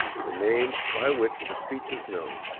the name by which the speech is known.